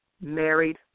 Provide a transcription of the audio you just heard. married